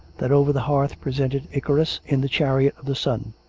that over the hearth pre sented icarus in the chariot of the sun.